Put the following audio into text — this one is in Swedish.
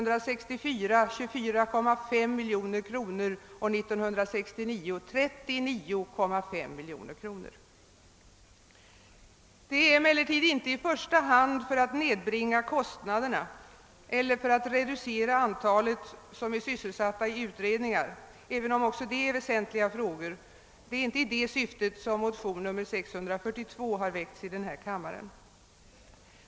Dessa visar att kostnaderna har stigit från 11 mil Det är emellertid inte i första hand för att nedbringa kostnaderna eller för att reducera antalet sysselsatta i utredningar — även om också det är väsentliga frågor — som motion nr 642 väckts i denna kammare.